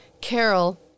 Carol